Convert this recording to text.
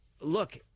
Look